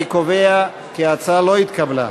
אני קובע כי ההצעה לא התקבלה.